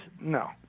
No